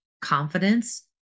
confidence